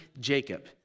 Jacob